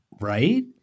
Right